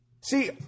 See